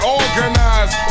organized